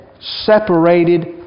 separated